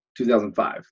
2005